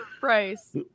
price